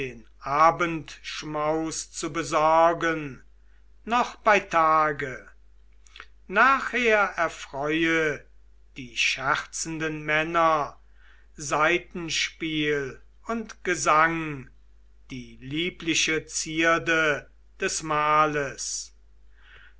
abendschmaus zu besorgen noch bei tage nachher erfreue die scherzenden männer saitenspiel und gesang die liebliche zierde des mahles